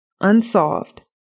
unsolved